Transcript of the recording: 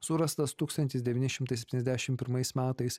surastas tūkstantis devyni šimtai septyniasdešimt pirmais metais